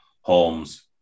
Holmes